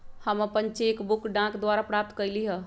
हम अपन cheque book डाक द्वारा प्राप्त कईली ह